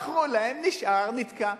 מכרו להם, נשאר, נתקע.